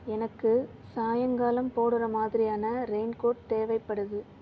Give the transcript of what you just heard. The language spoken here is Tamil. எனக்கு சாயங்காலம் போடுற மாதிரியான ரெயின்கோட் தேவைப்படுது